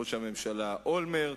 ראש הממשלה אולמרט,